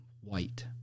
white